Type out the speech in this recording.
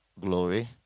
glory